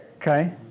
Okay